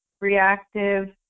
reactive